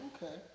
Okay